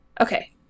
okay